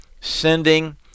sending